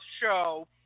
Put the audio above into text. show